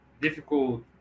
difficult